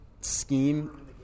scheme